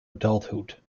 adulthood